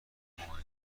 محیطهای